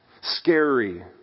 scary